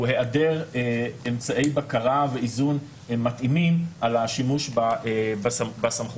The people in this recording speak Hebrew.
היעדר אמצעי בקרה ואיזון מתאימים על השימוש בסמכות